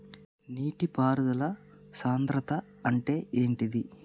నీటి పారుదల సంద్రతా అంటే ఏంటిది?